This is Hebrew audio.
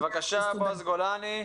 בועז גולני,